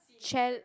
chall~